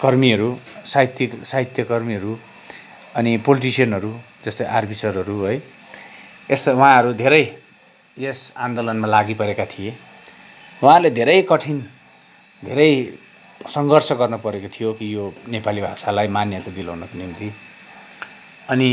कर्मीहरू साहित्यिक साहित्य कर्मीहरू अनि पोल्टिसेनहरू जस्तै आरबी सरहरू है जस्ता उहाँहरू धेरै यस आन्दोलनमा लागिपरेका थिए उहाँले धेरै कठिन धेरै सङ्घर्ष गर्न परेको थियो कि यो नेपाली भाषालाई मान्यता दिलाउनको निम्ति अनि